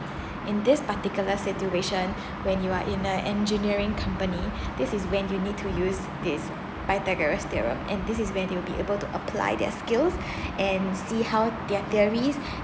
in this particular situation when you are in an engineering company this is when you need to use this Pythagoras theorem and this is when you will be able to apply their skills and see how their theories